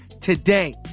today